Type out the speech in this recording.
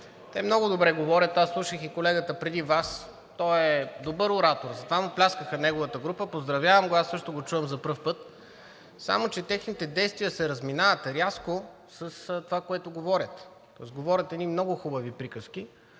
те много добре говорят, аз слушах и колегата преди Вас, той е добър оратор, затова му пляскаха от неговата група, поздравявам го, аз също го чувам за пръв път, само че техните действия се разминават рязко с това, което говорят. Говорят едни много хубави приказки,